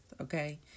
okay